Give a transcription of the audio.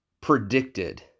predicted